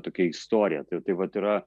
tokia istorija tai vat yra